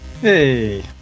Hey